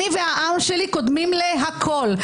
לכול,